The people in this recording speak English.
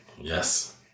Yes